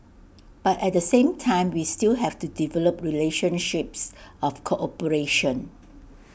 but at the same time we still have to develop relationships of cooperation